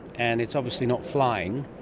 and it's obviously not flying.